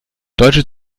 deutsche